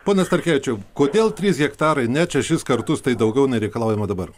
ponas stvarkevičiau kodėl trys hektarai net šešis kartus daugiau nei reikalaujama dabar